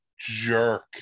jerk